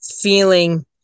feeling